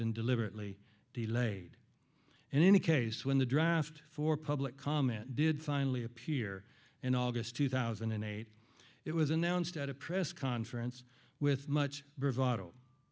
been deliberately delayed and in any case when the draft for public comment did finally appear in august two thousand and eight it was announced at a press conference with much